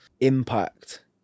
impact